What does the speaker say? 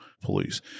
police